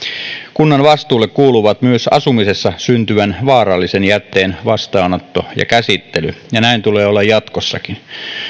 kunnan vastuulle kuuluvat myös asumisessa syntyvän vaarallisen jätteen vastaanotto ja käsittely ja näin tulee olla jatkossakin